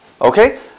Okay